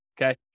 okay